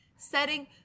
setting